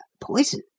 poison